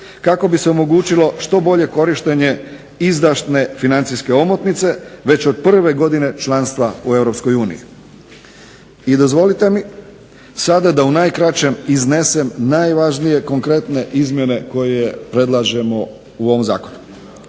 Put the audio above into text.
kako bi se omogućili što bolje korištenje izdašne financijske omotnice već od prve godine članstva u EU. I dozvolite mi sada da u najkraćem iznesem najvažnije konkretne izmjene koje predlažemo u ovom zakonu,